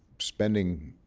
spending